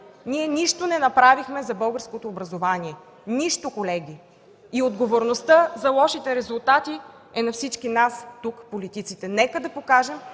ние нищо не направихме за българското образование. Нищо, колеги! Отговорността за лошите резултати е на всички нас тук, политиците. Нека да покажем,